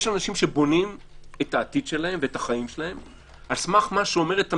יש אנשים שבונים את העתיד שלהם ואת החיים שלהם על סמך מה שאומרת הממשלה.